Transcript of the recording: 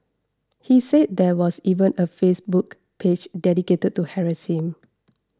he said there was even a Facebook page dedicated to harass him